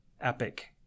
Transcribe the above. epic